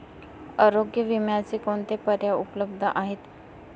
आरोग्य विम्याचे कोणते पर्याय उपलब्ध आहेत?